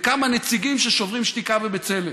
וכמה נציגים של שוברים שתיקה ובצלם.